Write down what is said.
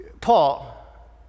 Paul